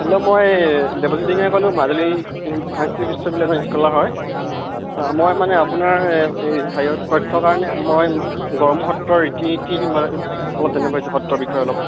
hello মই দেৱজিত দিহিঙীয়াই ক'লোঁ মাজুলী সাংস্কৃতিক বিশ্ববিদ্যালয়ৰ স্কলাৰ হয় মই মানে আপোনাৰ হেৰিয়াৰ তথ্য কাৰণে মই গড়মূৰ সত্ৰ ৰীতি নীতি উৎসৱ অলপ তেনে পাইছোঁ সত্ৰৰ বিষয়ে অলপ